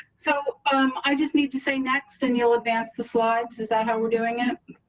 so um i just need to say next. and you'll advance the slides as i know we're doing it.